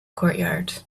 courtyard